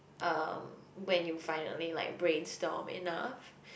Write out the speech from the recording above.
um when you find I mean like brainstorm enough